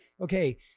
okay